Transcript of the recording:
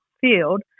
field